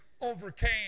overcame